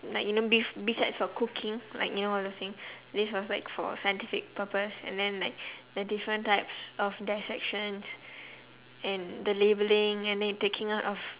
like you know bef~ besides for cooking like you know all those thing this was like for scientific purpose and then like the different types of dissections and the labelling and then taking out of